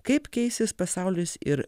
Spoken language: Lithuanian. kaip keisis pasaulis ir